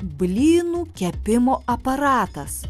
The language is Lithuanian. blynų kepimo aparatas